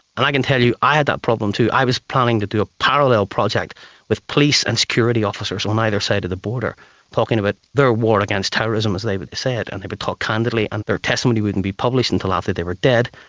and i can tell you i had that problem too, i was planning to do a parallel project with police and security officers on either side of the border talking about their war against terrorism, as they but say it, and they would talk candidly and their testimony wouldn't be published until after they were dead.